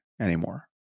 anymore